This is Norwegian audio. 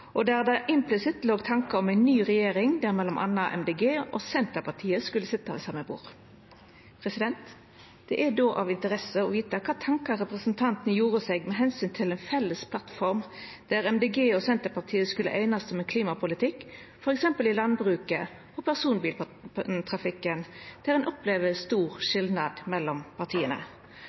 og der det implisitt låg tankar om ei ny regjering der m.a. Miljøpartiet Dei Grøne og Senterpartiet skulle sitja ved same bord. Det er då av interesse å vita kva tankar representanten gjorde seg med omsyn til ei felles plattform der Miljøpartiet Dei Grøne og Senterpartiet skulle einast om ein klimapolitikk f.eks. for landbruket og personbiltrafikken, der ein opplever stor skilnad mellom partia,